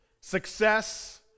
success